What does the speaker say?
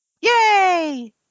Yay